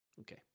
Okay